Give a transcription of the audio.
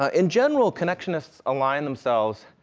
ah in general, connectionists align themselves,